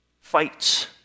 fights